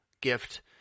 gift